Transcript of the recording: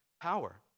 power